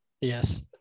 Yes